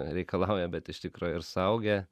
reikalauja bet iš tikro ir suaugę